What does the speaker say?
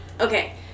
Okay